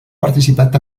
participat